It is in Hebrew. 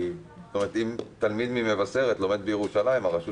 כי אם תלמיד ממבשרת ציון לומד בירושלים הרשות